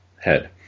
head